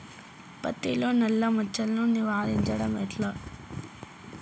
పత్తిలో నల్లా మచ్చలను నివారించడం ఎట్లా?